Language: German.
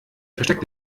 versteck